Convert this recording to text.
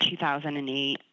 2008